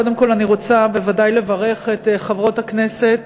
קודם כול אני רוצה בוודאי לברך את חברות הכנסת